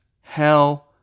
hell